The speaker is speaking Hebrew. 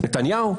נתניהו?